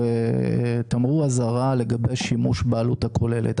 תמרור אזהרה לגבי שימוש בעלות הכוללת.